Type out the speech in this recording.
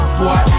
boy